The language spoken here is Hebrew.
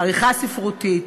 עריכה ספרותית.